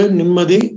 nimadi